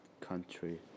country